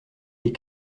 les